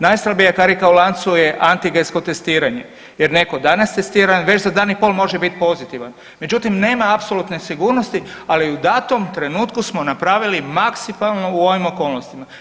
Najslabija karika u lancu je antigensko testiranje jer netko danas testira, već za dan i pol može biti pozitivan, međutim, nema apsolutne sigurnosti, ali u datom trenutku smo napravili maksipalno u ovim okolnostima.